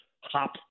Hop